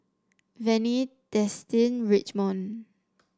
Vannie Destin Richmond